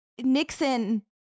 Nixon